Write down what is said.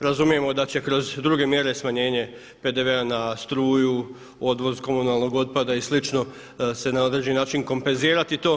Razumijemo da će kroz druge mjere smanjenje PDV-a na struju, odvoz komunalnog otpada i slično se na određeni način kompenzirati to.